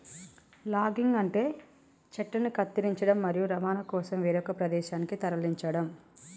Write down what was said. logging అంటే చెట్లను కత్తిరించడం, మరియు రవాణా కోసం వేరొక ప్రదేశానికి తరలించడం